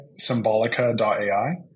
symbolica.ai